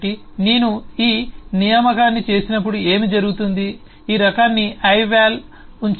కాబట్టి నేను ఈ నియామకాన్ని చేసినప్పుడు ఏమి జరుగుతుంది ఈ రకాన్ని ఐవల్కు ఉంచారు